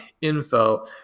info